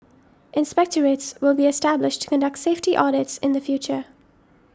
inspectorates will be established to conduct safety audits in the future